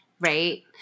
Right